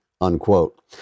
unquote